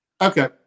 Okay